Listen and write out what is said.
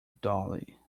dolly